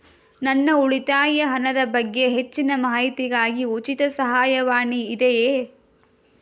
ನನ್ನ ಉಳಿತಾಯ ಹಣದ ಬಗ್ಗೆ ಹೆಚ್ಚಿನ ಮಾಹಿತಿಗಾಗಿ ಉಚಿತ ಸಹಾಯವಾಣಿ ಇದೆಯೇ?